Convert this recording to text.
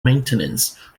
maintenance